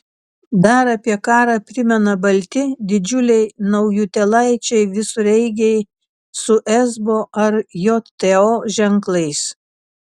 dar apie karą primena balti didžiuliai naujutėlaičiai visureigiai su esbo ar jto ženklais